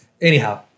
Anyhow